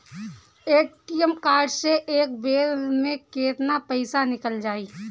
ATM card से एक बेर मे केतना पईसा निकल जाई?